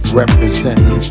representing